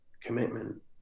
commitment